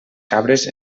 cabres